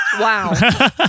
Wow